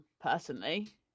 Personally